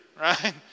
right